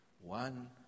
one